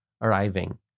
arriving